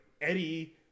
eddie